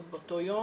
עוד באותו יום,